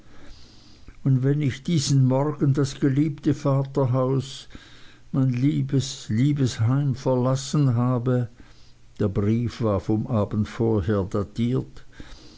gut wenn ich diesen morgen das geliebte vaterhaus mein liebes liebes heim verlassen habe der brief war vom abend vorher datiert